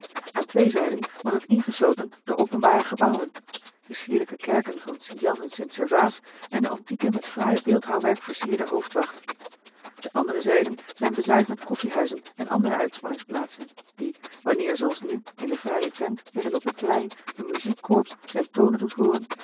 aan twee zijden wordt het ingesloten door openbare gebouwen de sierlijke kerken van st jan en st servaas en de antieke met fraai beeldhouwwerk versierde hoofdwacht de andere zijden zijn bezaaid met koffiehuizen en andere uitspanningsplaatsen die wanneer zooals nu in de fraaie tent midden op het plein een muziekcorps zijne tonen doet hooren